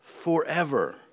forever